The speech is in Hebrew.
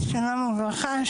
שלום וברכה,